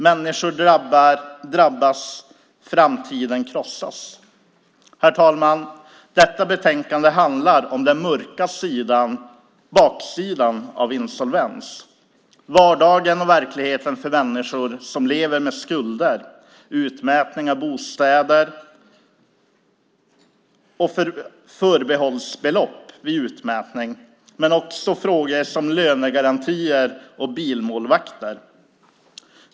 Människor drabbas. Framtiden krossas. Herr talman! Detta betänkande handlar om den mörka baksidan av insolvens. Det handlar om vardagen och verkligheten för människor som lever med skulder - utmätning av bostäder, förbehållsbeloppet vid utmätning men också frågor som lönegarantier och bilmålvakter.